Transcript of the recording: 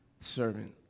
servant